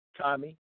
Tommy